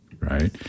right